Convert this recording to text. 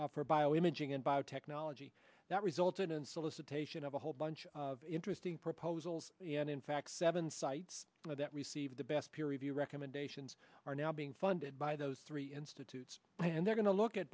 for bio imaging in biotechnology that resulted in solicitation of a whole bunch of interesting proposals and in fact seven sites that received the best peer review recommendations are now being funded by those three institutes and they're going to look at